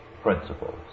principles